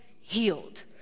healed